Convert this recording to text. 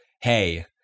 hey